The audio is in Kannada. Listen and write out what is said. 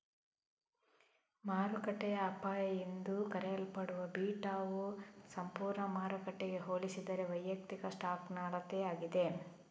ಮಾರುಕಟ್ಟೆಯ ಅಪಾಯ ಎಂದೂ ಕರೆಯಲ್ಪಡುವ ಬೀಟಾವು ಸಂಪೂರ್ಣ ಮಾರುಕಟ್ಟೆಗೆ ಹೋಲಿಸಿದರೆ ವೈಯಕ್ತಿಕ ಸ್ಟಾಕ್ನ ಅಳತೆಯಾಗಿದೆ